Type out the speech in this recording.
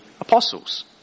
apostles